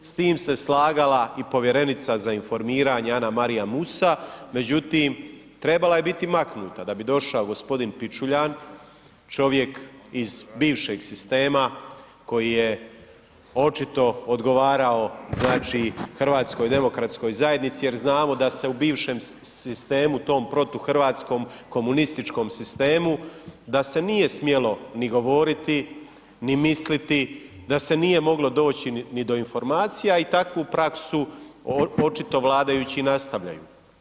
S tim se slagala i povjerenica za informiranje Ana Marija Musa, međutim trebala je biti maknuta da bi došao gospodin Pičuljan, čovjek iz bivšeg sistema koji je očito odgovarao znači HDZ-u jer znamo da se u bivšem sistemu tom protuhrvatskom, komunističkom sistemu, da se nije smjelo ni govoriti, ni misliti, da se nije moglo doći ni do informacija i takvu praksu očito vladajući nastavljaju.